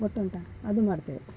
ಗೊತ್ತುಂಟಾ ಅದು ಮಾಡ್ತೇವೆ